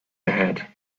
ahead